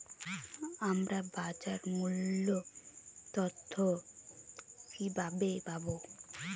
আমরা বাজার মূল্য তথ্য কিবাবে পাবো?